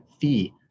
fee